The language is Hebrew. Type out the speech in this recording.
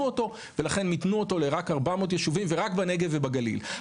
אותו ולכן מיתנו אותו לרק 400 ישובים ורק בנגב ובגליל.